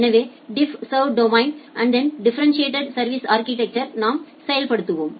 எனவே டிஃப்ஸர்வ் டொமைனில் டிஃபரெண்டிட்டேட் சா்விஸ் அா்கிடெக்சரை நாம் செயல்படுத்துவோம்